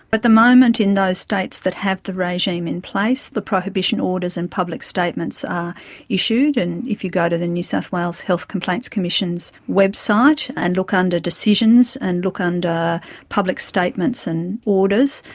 but the moment in those states that have the regime in place, the prohibition orders and public statements are issued, and if you go to the new south wales health complaints commission's websites and look under decisions and look under public statements and orders,